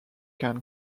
can